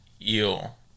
eel